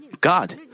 God